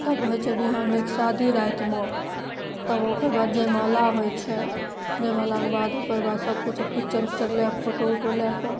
तब होइ छै बिहान होइके शादी रातिमे तब ओकर बाद जयमाला होइ छै जयमालाके बाद ओकर बाद सबकिछु पिक्चर उक्चर लैके फोटो ओटो लैके